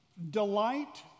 Delight